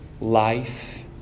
Life